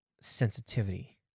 sensitivity